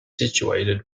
situated